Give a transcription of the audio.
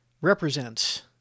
represents